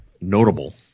notable